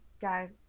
guys